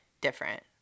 different